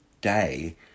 day